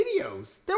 videos